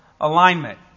alignment